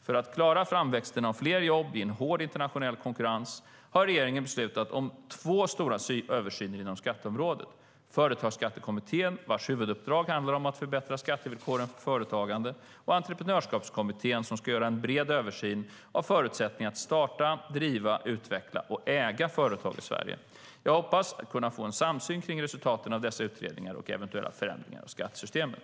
För att klara framväxten av fler jobb i en hård internationell konkurrens har regeringen beslutat om två stora översyner inom skatteområdet: Företagsskattekommittén, vars huvuduppdrag handlar om att förbättra skattevillkoren för företagande, och Entreprenörskapskommittén, som ska göra en bred översyn av förutsättningarna att starta, driva, utveckla och äga företag i Sverige. Jag hoppas kunna få en samsyn kring resultaten av dessa utredningar och eventuella förändringar av skattesystemet.